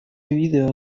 виды